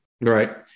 Right